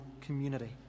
community